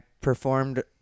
performed